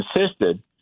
insisted